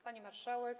Pani Marszałek!